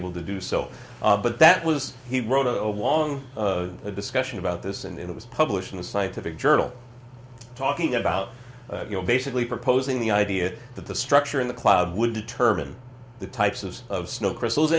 able to do so but that was he wrote a long discussion about this and it was published in a scientific journal talking about you know basically proposing the idea that the structure in the cloud would determine the types of of snow crystals